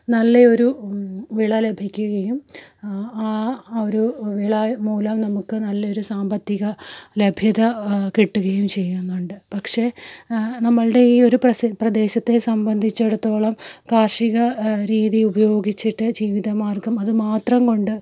നല്ല ഒരു വിള ലഭിക്കുകയും ആ ഒരു വിള മൂലം നമുക്ക് നല്ലൊരു സാമ്പത്തിക ലഭ്യത കിട്ടുകയും ചെയ്യുന്നുണ്ട് പക്ഷേ നമ്മളുടെ ഈ ഒരു പ്രദേശത്തെ സംബന്ധിച്ചെടുത്തോളം കാർഷിക രീതി ഉപയോഗിച്ചിട്ട് ജീവിതമാർഗ്ഗം അത് മാത്രം കൊണ്ട്